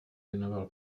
věnoval